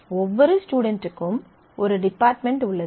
ஒவ்வொரு ஸ்டுடென்ட்டுக்கும் ஒரு டிபார்ட்மென்ட் உள்ளது